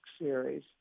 series